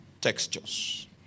textures